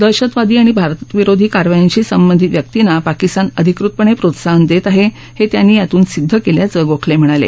दहशतवादी आणि भारताविरोधी कारवायांशी संबंधित व्यक्तींना पाकिस्तान अधिकृतपणे प्रोत्साहन देत आहे हे त्यांनी यातून सिद्ध केल्याचं गोखले म्हणाले